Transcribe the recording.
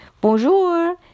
Bonjour